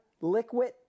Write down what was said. Liquid